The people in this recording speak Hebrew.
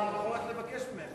אתה יכול לבקש ממנו.